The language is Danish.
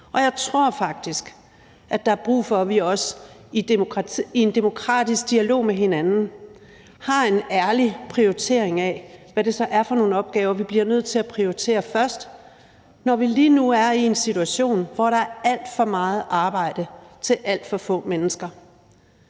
Og jeg tror faktisk, at der er brug for, at vi også i en demokratisk dialog med hinanden har en ærlig prioritering af, hvad det så er for nogle opgaver, vi bliver nødt til at prioritere først, når vi lige nu er i en situation, hvor der er alt for meget arbejde til alt for få mennesker.